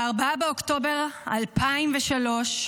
ב-4 באוקטובר 2003,